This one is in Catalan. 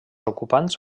ocupants